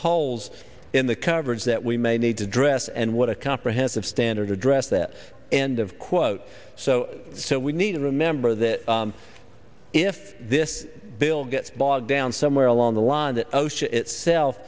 holes in the coverage that we may need to address and what a comprehensive standard address that end of quote so so we need to remember that if this bill gets bogged down somewhere along the line that osha itself